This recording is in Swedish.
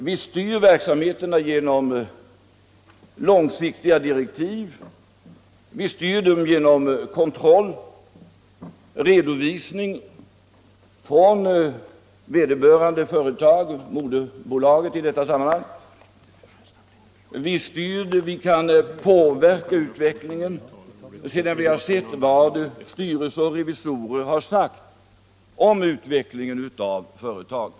Vi styr verksamheterna genom långsiktiga direktiv, vi styr dem genom kontroll och redovisning från vederbörande företag - moderbolaget i detta sammanhang — och vi kan påverka utvecklingen sedan vi har sett vad styrelse och revisorer har anfört om utvecklingen av företaget.